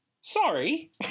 Sorry